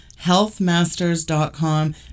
HealthMasters.com